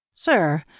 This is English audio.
Sir